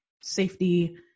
safety